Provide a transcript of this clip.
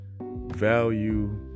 Value